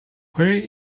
where